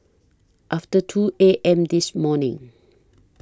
after two A M This morning